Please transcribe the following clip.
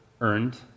earned